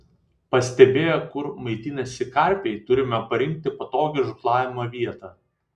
pastebėję kur maitinasi karpiai turime parinkti patogią žūklavimo vietą